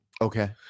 Okay